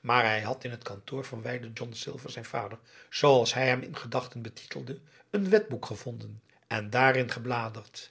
maar hij had in het kantoor van wijlen john silver zijn vader zooals hij hem in gedachten betitelde een wetboek gevonden en daarin gebladerd